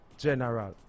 General